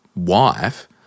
wife